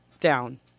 down